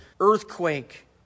earthquake